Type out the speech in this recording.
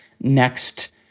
next